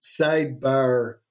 sidebar